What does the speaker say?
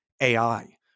AI